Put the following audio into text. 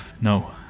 No